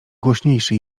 głośniejszy